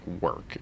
work